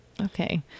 okay